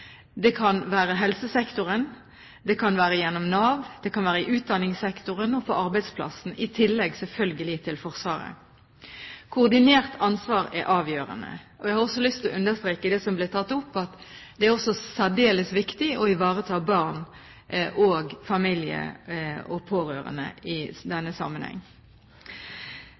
Det kan være i helsesektoren. Det kan være gjennom Nav. Det kan være i utdanningssektoren og på arbeidsplassen, i tillegg selvfølgelig til Forsvaret. Koordinert ansvar er avgjørende. Jeg har også lyst til å understreke det som ble tatt opp, at det også er særdeles viktig å ivareta barn, familie og pårørende i denne sammenheng.